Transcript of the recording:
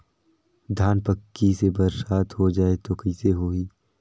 धान पक्की से बरसात हो जाय तो कइसे हो ही?